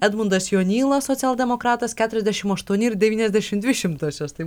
edmundas jonyla socialdemokratas keturiasdešimt aštuoni ir devyniasdešimt dvi šimtosios tai